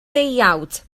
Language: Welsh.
deuawd